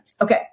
Okay